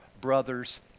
brother's